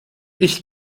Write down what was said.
ich